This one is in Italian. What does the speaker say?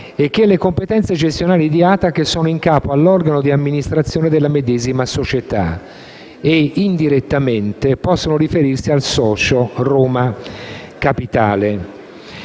e che le competenze gestionali di ATAC sono in capo all'organo di amministrazione della medesima società e, indirettamente, possono riferirsi al socio Roma Capitale.